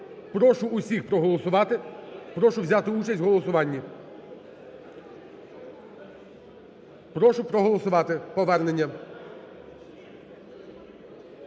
Прошу всіх проголосувати. Прошу взяти участь в голосуванні. Прошу проголосувати повернення.